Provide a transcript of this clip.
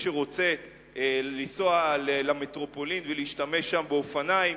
שרוצה לנסוע למטרופולין ולהשתמש שם באופניים,